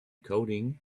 coding